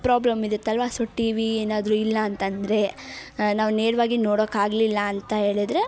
problem ಇರುತ್ತಲ್ಲವಾ so TV ಏನಾದರೂ ಇಲ್ಲ ಅಂತಂದರೆ ನಾವು ನೇರ್ವಾಗಿ ನೋಡೋಕ್ಕಾಗ್ಲಿಲ್ಲ ಅಂತ ಹೇಳಿದ್ರೆ